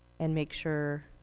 and make sure